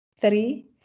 three